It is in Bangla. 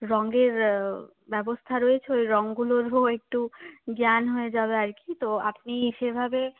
রঙের ব্যবস্থা রয়েছে ওই রঙগুলোরও একটু জ্ঞান হয়ে যাবে আর কি তো আপনি সেভাবে